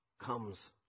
comes